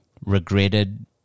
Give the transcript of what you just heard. regretted